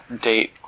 date